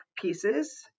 pieces